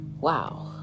wow